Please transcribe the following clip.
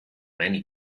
many